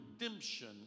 redemption